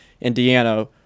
Indiana